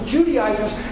Judaizers